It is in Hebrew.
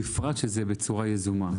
זאת הפסקת חשמל יזומה.